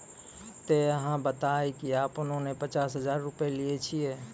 ते अहाँ बता की आपने ने पचास हजार रु लिए छिए?